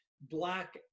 black